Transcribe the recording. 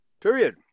period